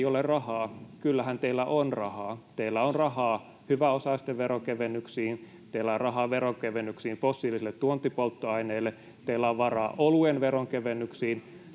ei ole rahaa, niin kyllähän teillä on rahaa: teillä on rahaa hyväosaisten veronkevennyksiin, teillä on rahaa veronkevennyksiin fossiilisille tuontipolttoaineille, teillä on varaa oluen veronkevennyksiin,